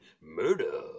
Murder